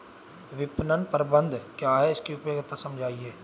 विपणन प्रबंधन क्या है इसकी उपयोगिता समझाइए?